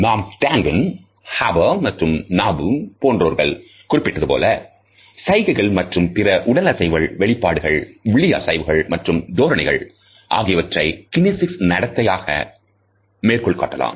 நாம் Duncan Harper மற்றும் Knapp போன்றோர்கள் குறிப்பிட்டதுபோல சைகைகள் மற்றும் பிற உடலசைவுகள் வெளிப்பாடுகள் விழி அசைவுகள் மற்றும் தோரணைகள் ஆகியவற்றை கினேசிக்ஸ் நடத்தைகள் ஆக மேற்கோள் காட்டலாம்